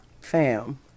Fam